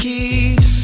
Keys